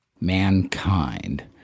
mankind